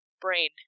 brain